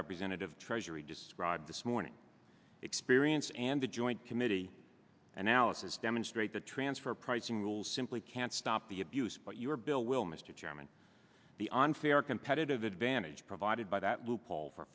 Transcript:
representative treasury described this morning experience and the joint committee analysis demonstrate the transfer pricing rules simply can't stop the abuse but your bill will mr chairman the unfair competitive advantage provided by that loophole for